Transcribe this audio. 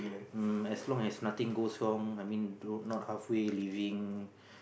um as long as nothing goes wrong I mean not halfway leaving